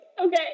Okay